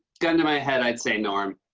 gun to my head, i'd say norm.